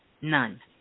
None